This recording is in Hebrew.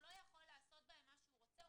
הוא לא יכול לעשות בהם מה שהוא רוצה.